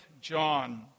John